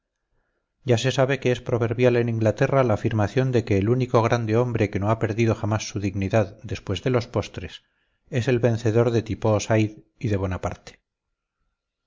ya se sabe que es proverbial en inglaterra la afirmación de que el único grande hombre que no ha perdido jamás su dignidad después de los postres es el vencedor de tipoo sayd y de